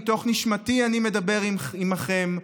מתוך נשמתי אני מדבר עימכם,